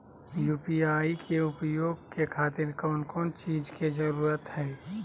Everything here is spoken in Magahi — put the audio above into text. यू.पी.आई के उपयोग के खातिर कौन कौन चीज के जरूरत है?